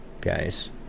guys